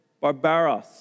barbaros